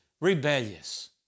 rebellious